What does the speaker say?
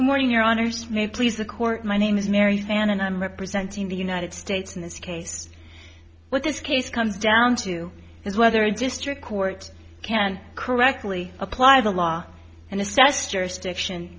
the morning your honor just may please the court my name is mary ann and i'm representing the united states in this case what this case comes down to is whether a district court can correctly apply the law and assess jurisdiction